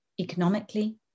economically